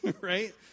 right